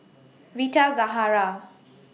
Rita Zahara